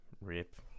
rip